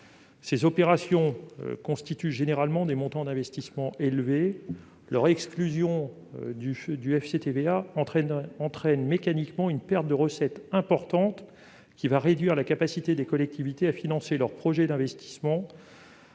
Ces opérations représentent généralement des montants d'investissement élevés. Ainsi, leur non-éligibilité au FCTVA entraîne mécaniquement une perte de recettes importante, qui va réduire la capacité des collectivités à financer leurs projets d'investissement,